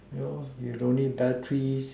no you don't need batteries